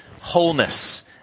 wholeness